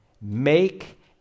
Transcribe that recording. make